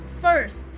first